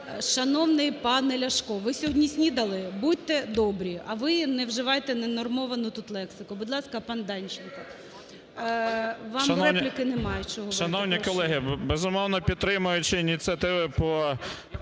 Шановний пане Ляшко, ви сьогодні снідали? Будьте добрі. А ви не вживайте ненормовану тут лексику. Будь ласка, пан Данченко. Вам репліки чого брати. 17:11:49 ДАНЧЕНКО О.І. Шановні колеги, безумовно, підтримуючи ініціативи по